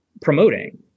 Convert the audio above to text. promoting